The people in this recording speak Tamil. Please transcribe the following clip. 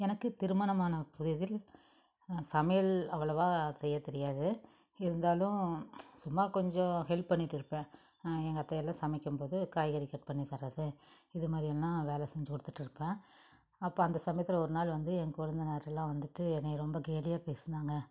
எனக்கு திருமணமான புதிதில் சமையல் அவ்வளோவா செய்ய தெரியாது இருந்தாலும் சும்மா கொஞ்சம் ஹெல்ப் பண்ணிகிட்டு இருப்பேன் எங்கள் அத்தை எல்லாம் சமைக்கும் போது காய்கறி கட் பண்ணி தர்றது இது மாதிரியெல்லாம் வேலை செஞ்சி கொடுத்துட்டு இருப்பேன் அப்போ அந்த சமயத்தில் ஒரு நாள் வந்து என் கொளுந்தனார்லாம் வந்துட்டு என்னைய ரொம்ப கேலியாக பேசுனாங்க